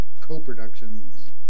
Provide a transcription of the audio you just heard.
co-productions